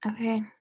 Okay